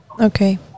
Okay